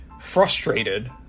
frustrated